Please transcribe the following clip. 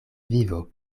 vivo